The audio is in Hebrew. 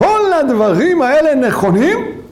‫כל הדברים האלה נכונים?